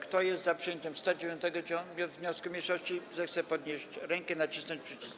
Kto jest za przyjęciem 109. wniosku mniejszości, zechce podnieść rękę i nacisnąć przycisk.